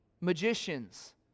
magicians